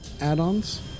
add-ons